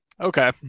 Okay